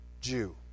Jew